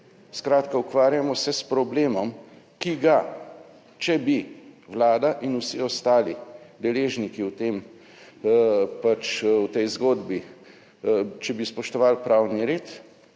Skratka ukvarjamo se s problemom, ki ga, če bi Vlada in vsi ostali deležniki v tem, pač v tej zgodbi, če bi spoštovali pravni red,